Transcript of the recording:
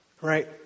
Right